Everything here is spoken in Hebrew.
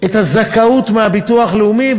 את הזכאות מהביטוח הלאומי,